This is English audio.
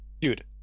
dude